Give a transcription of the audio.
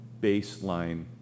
baseline